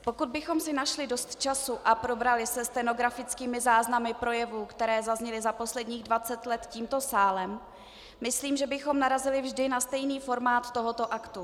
Pokud bychom si našli dost času a probrali se stenografickými záznamy projevů, které zazněly za posledních dvacet let tímto sálem, myslím, že bychom narazili vždy na stejný formát tohoto aktu.